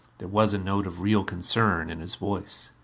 there was a note of real concern in his voice.